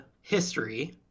history